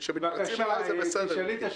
אבל כשמתפרצים אליי, זה בסדר.